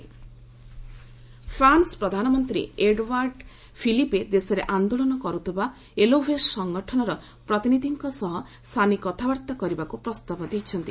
France protest France ପ୍ରଧାନମନ୍ତ୍ରୀ Edward Philippe ଦେଶରେ ଆନ୍ଦୋଳନ କରୁଥିବା ଏଲୋଭେଷ୍ଟ ସଂଗଠନର ପ୍ରତିନିଧିଙ୍କ ସହ ସାନି କଥାବାର୍ତ୍ତା କରିବାକୁ ପ୍ରସ୍ତାବ ଦେଇଛନ୍ତି